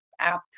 app